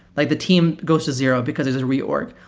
like the team goes to zero because this is a reorg.